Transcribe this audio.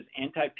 anti